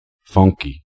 Funky